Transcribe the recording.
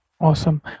Awesome